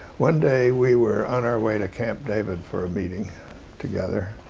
one day we were on our way to camp david for a meeting together